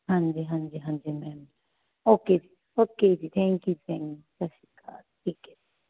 ਹਾਂਜੀ ਹਾਂਜੀ ਹਾਂਜੀ ਹਾਂਜੀ okay ji okay ji thank you ਸਤਿ ਸ਼੍ਰੀ ਅਕਾਲ ਠੀਕ ਹੈ